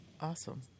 Awesome